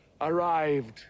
arrived